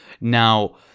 now